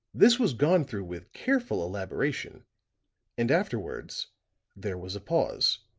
this was gone through with careful elaboration and afterwards there was a pause